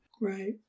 Right